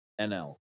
NL